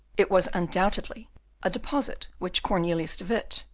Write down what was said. it was undoubtedly a deposit which cornelius de witt,